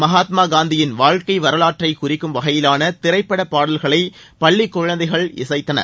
மகாத்மா காந்தியின் வாழ்க்கை வரலாற்றை குறிக்கும் வகையிலான திரைப்பட பாடல்களை பள்ளிக் குழந்தைகள் இசைத்தனர்